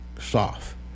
soft